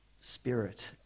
Spirit